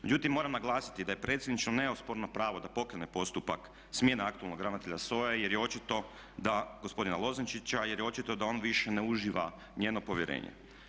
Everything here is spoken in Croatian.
Međutim, moram naglasiti da je predsjedničino neosporno pravo da pokrene postupak, smjena aktualnog ravnatelja SOA-e jer je očito da, gospodina Lozančića, jer je očito da on više ne uživa njeno povjerenje.